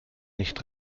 nicht